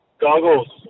Goggles